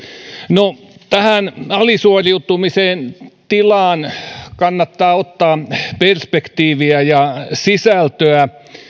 no tähän alisuoriutumisen tilaan kannattaa ottaa perspektiiviä ja sisältöä